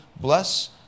bless